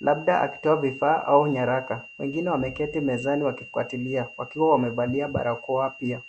labda akitoa vifaa au nyaraka. Wengine wameketi mezani wakifuatilia wakiwa wamavalia barakoa pia.